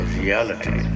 reality